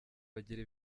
bagira